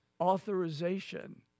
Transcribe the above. authorization